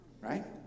right